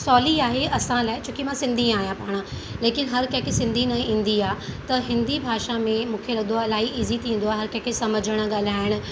सहुली आहे असां लाइ छोकी मां सिंधी आहियां पाण जेके हर कंहिंखें सिंधी न ईंदी आहे त हिंदी भाषा में मूंखे लॻंदो आहे इलाई इज़ी थींदो आहे हर कंहिंखें सम्झण ॻाल्हाइणु